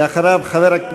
אדוני היושב-ראש,